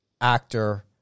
actor